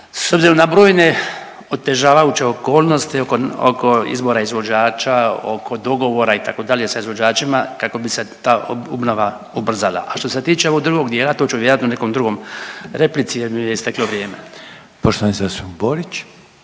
s obzirom na brojne otežavajuće okolnosti oko izbora izvođača, oko dogovora itd. sa izvođačima kako bi se ta obnova ubrzala. A što se tiče ovog drugog dijela to ću vjerojatno u nekoj drugoj replici jer mi je isteklo vrijeme. **Reiner,